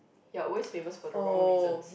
their always famous for the wrong reasons